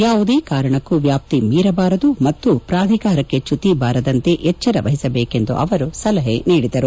ಯಾವುದೇ ಕಾರಣಕ್ಕೂ ವ್ಯಾಪ್ತಿ ಮೀರಬಾರದು ಮತ್ತು ಪ್ರಾಧಿಕಾರಕ್ಕೆ ಚ್ಯುತಿ ಬಾರದಂತೆ ಎಚ್ಚರವಹಿಸಬೇಕೆಂದು ಅವರು ಸಲಹೆ ನೀಡಿದರು